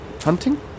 Hunting